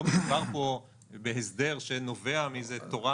לא מדובר פה בהסדר שנובע מאיזו תורה